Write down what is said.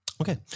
Okay